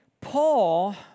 Paul